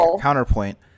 counterpoint